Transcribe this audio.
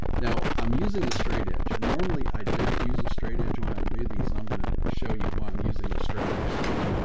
now i'm using a straight edge. and normally i don't use a straight edge when i do these, i'm going to show you what i'm using the straight edge though.